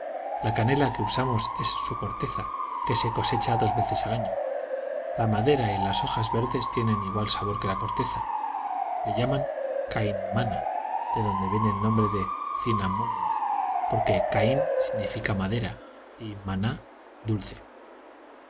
la canela que usamos es su corteza que se cosecha dos veces al año la madera y las hojas verdes tienen igual sabor que la corteza le llaman cainmana de donde viene el nombre de cinnamomum porque cain significa madera y mana dulce